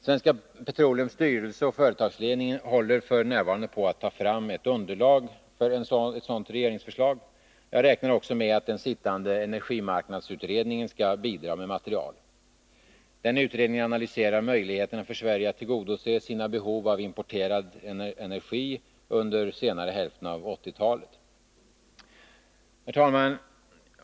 Svenska Petroleums styrelse och företagsledning håller f. n. på att ta fram ett underlag för ett sådant regeringsförslag. Jag räknar också med att den 243 sittande energimarknadsutredningen skall bidra med material. Utredningen analyserar möjligheterna för Sverige att tillgodose sina behov av importerad energi under senare hälften av 1980-talet. Herr talman!